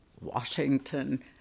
Washington